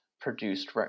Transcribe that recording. produced